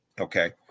Okay